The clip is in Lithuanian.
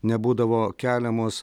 nebūdavo keliamos